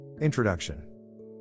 Introduction